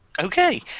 okay